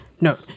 no